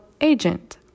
agent